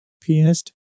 pianist